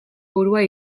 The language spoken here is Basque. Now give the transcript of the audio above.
burua